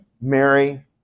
Mary